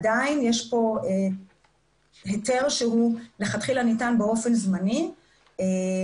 עדיין יש כאן היתר שהוא לכתחילה ניתן באופן זמני ולכן